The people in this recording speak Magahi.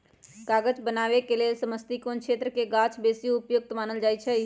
कागज बनाबे के लेल समशीतोष्ण क्षेत्रके गाछके बेशी उपयुक्त मानल जाइ छइ